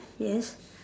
yes